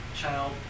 child